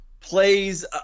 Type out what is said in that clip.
plays